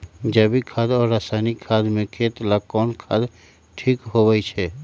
जैविक खाद और रासायनिक खाद में खेत ला कौन खाद ठीक होवैछे?